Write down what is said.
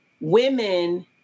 women